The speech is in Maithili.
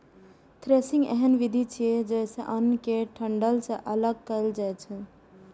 थ्रेसिंग एहन विधि छियै, जइसे अन्न कें डंठल सं अगल कैल जाए छै